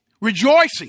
Rejoicing